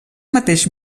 mateix